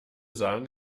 sagen